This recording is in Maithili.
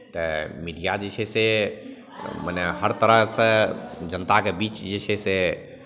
तऽ मीडिया जे छै से मने हर तरहसँ जनताके बीच जे छै से